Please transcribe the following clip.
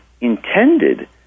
intended